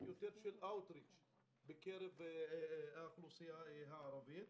יותר של outreach בקרב האוכלוסייה הערבית.